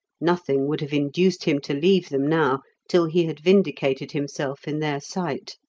nothing would have induced him to leave them now till he had vindicated himself in their sight.